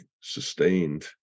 sustained